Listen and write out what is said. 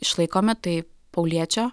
išlaikomi tai pauliečio